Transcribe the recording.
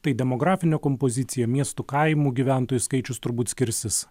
tai demografinė kompozicija miestų kaimų gyventojų skaičius turbūt skirsis